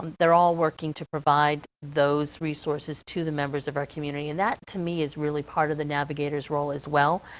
um they're all working to provide those resources to the members of our community. and that to me is really part of the navigator's role as well.